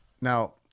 now